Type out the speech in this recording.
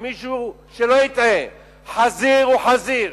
שמישהו לא יטעה: חזיר הוא חזיר,